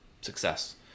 success